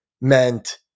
meant